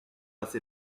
assez